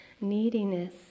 neediness